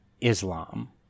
Islam